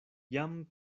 jam